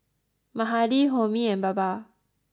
Mahade Homi and Baba